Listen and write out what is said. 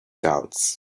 thoughts